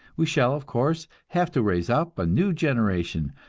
we shall, of course, have to raise up a new generation,